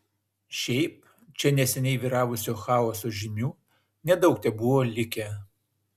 šiaip čia neseniai vyravusio chaoso žymių nedaug tebuvo likę